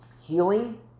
healing